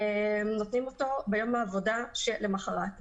שנותנים אותו ביום העבודה שלמחרת.